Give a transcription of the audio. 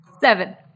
Seven